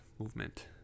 movement